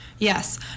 Yes